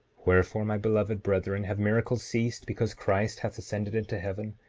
wherefore, my beloved brethren, have miracles ceased because christ hath ascended into heaven,